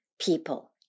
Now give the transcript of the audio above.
people